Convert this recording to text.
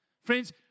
Friends